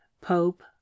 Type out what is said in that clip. pope